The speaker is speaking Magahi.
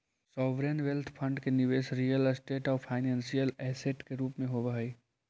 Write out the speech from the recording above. सॉवरेन वेल्थ फंड के निवेश रियल स्टेट आउ फाइनेंशियल ऐसेट के रूप में होवऽ हई